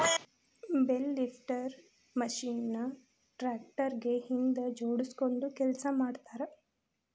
bale lifter machine ನ tractor ಗೆ ಹಿಂದ್ ಜೋಡ್ಸ್ಕೊಂಡು ಕೆಲಸ ಮಾಡ್ತಾರ